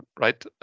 Right